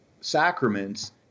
sacraments